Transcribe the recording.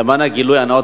למען הגילוי הנאות,